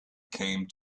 came